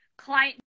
client